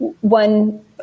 one